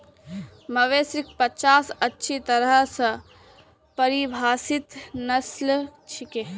मवेशिक पचास अच्छी तरह स परिभाषित नस्ल छिके